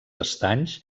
estanys